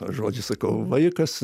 žodį sakau vaikas